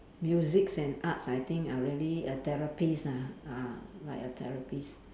music and arts I think are really a therapist ah ah like a therapist